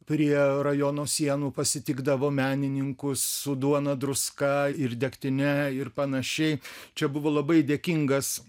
prie rajono sienų pasitikdavo menininkus su duona druska ir degtine ir panašiai čia buvo labai dėkingas